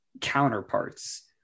counterparts